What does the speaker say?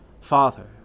Father